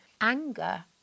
Anger